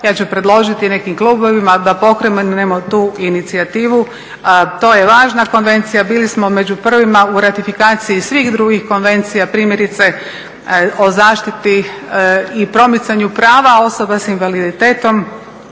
Ja ću predložiti nekim klubovima da pokrenemo tu inicijativu. To je važna konvencija, bili smo među prvima u ratifikaciji svih drugih konvencija. Primjerice, o zaštiti i promicanju prava osoba s invaliditetom.